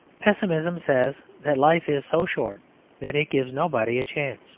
pessimism says that life is so short that it gives nobody a chance